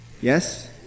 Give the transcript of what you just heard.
Yes